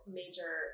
major